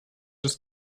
des